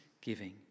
giving